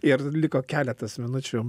ir liko keletas minučių